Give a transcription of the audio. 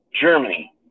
Germany